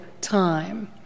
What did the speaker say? time